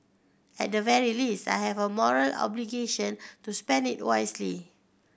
at the very least I have a moral obligation to spend it wisely